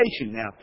Now